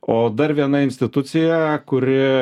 o dar viena institucija kuri